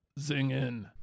Zingin